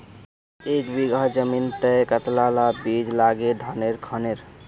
एक बीघा जमीन तय कतला ला बीज लागे धानेर खानेर?